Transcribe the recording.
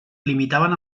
limitaven